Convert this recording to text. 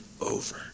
over